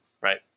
Right